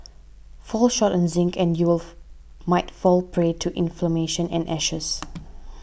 fall short on zinc and you'll might fall prey to inflammation and ashes